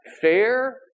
fair